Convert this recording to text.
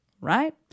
Right